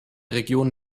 region